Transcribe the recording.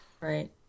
Right